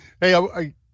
Hey